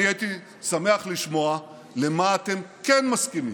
אני הייתי שמח לשמוע למה אתם כן מסכימים,